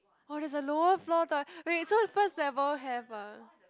oh there's a lower floor toi~ wait so first level have ah